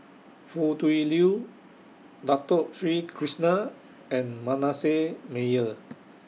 Foo Tui Liew Dato Sri Krishna and Manasseh Meyer